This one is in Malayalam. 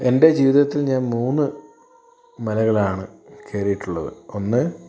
എൻ്റെ ജീവിതത്തിൽ ഞാൻ മൂന്ന് മലകളാണ് കേറീട്ടുള്ളത് ഒന്ന്